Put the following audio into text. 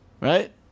right